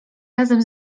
razem